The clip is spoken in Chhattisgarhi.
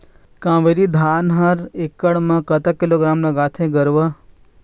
कावेरी धान हर एकड़ म कतक किलोग्राम लगाथें गरवा?